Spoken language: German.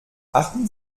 achten